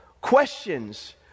questions